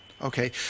Okay